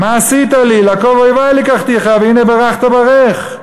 "מה עשית לי לקֹב אֹיְבי לקחתִיךָ והנה ברכתָ ברך".